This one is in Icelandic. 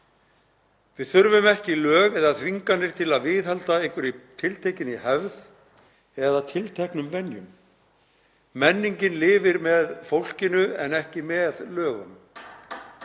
Við þurfum ekki lög eða þvinganir til að viðhalda einhverri tiltekinni hefð eða tilteknum venjum. Menningin lifir með fólkinu en ekki með lögunum.